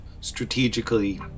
strategically